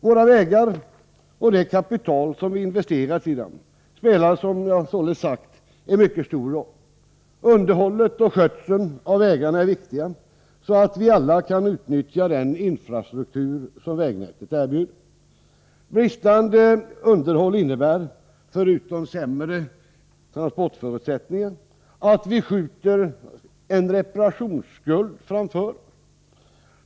Våra vägar och det kapital som har investerats i dem spelar, som jag redan sagt, en mycket stor roll. Underhållet och skötseln av vägarna är viktiga för att vi skall kunna utnyttja den infrastruktur som vägnätet erbjuder. Bristande underhåll innebär, förutom sämre transportförutsättningar, att vi skjuter en reparationsskuld framför oss.